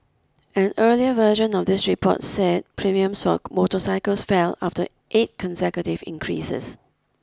an earlier version of this report said premiums for motorcycles fell after eight consecutive increases